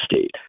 state